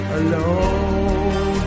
alone